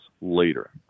later